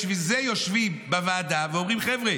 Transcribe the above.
בשביל זה יושבים בוועדה ואומרים: חבר'ה,